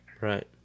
Right